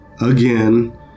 again